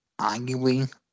arguably